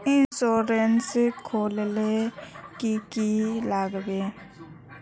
Insurance खोले की की लगाबे?